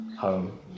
home